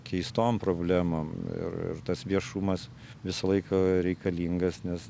keistom problemom ir ir tas viešumas visą laiką reikalingas nes